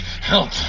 help